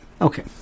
Okay